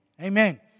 amen